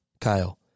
Kyle